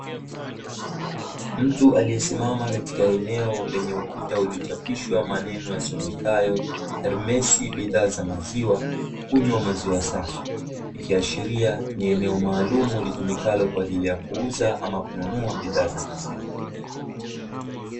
Mtu aliyesimama katika eneo lenye ukuta uliochapishwa maneno yasomekayo " Ermesi bidhaa za maziwa kunywa maziwa safi" ikiashiria ni eneo maalumu litumikalo kwa ajili ya kuuza ama kununua bidhaa za maziwa.